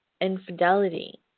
infidelity